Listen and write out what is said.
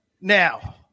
Now